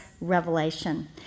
revelation